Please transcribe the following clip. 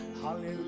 Hallelujah